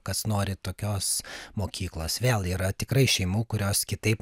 kas nori tokios mokyklos vėl yra tikrai šeimų kurios kitaip